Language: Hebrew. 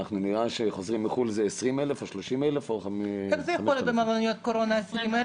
איך זה יכול להיות במלוניות קורונה 20,000?